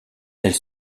elle